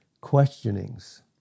Questionings